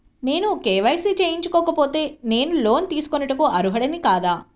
నేను కే.వై.సి చేయించుకోకపోతే నేను లోన్ తీసుకొనుటకు అర్హుడని కాదా?